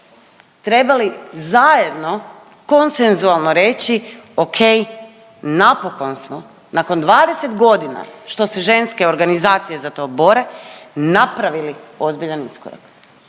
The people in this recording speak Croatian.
trebali zajedno koncenzualno reći ok, napokon smo nakon 20 godina što se ženske organizacije za to bore, napravili ozbiljan iskorak.